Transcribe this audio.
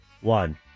one